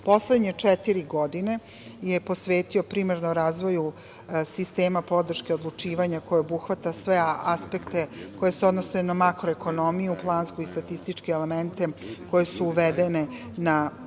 USAID.Poslednje četiri godine je posvetio primarnom razvoju sistema podrške odlučivanja, koji obuhvata sve aspekte koji se odnose na makroekonomiju, planske i statističke elemente koji su uvedeni za analizu